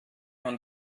man